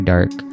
Dark